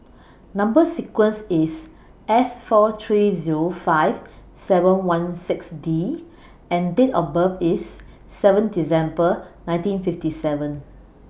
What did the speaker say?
Number sequence IS S four three Zero five seven one six D and Date of birth IS seven December nineteen fifty seven